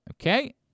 Okay